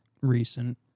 recent